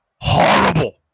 Horrible